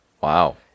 Wow